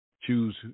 Choose